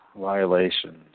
violations